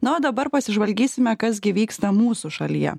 na o dabar pasižvalgysime kas gi vyksta mūsų šalyje